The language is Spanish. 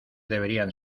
deberían